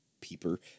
Peeper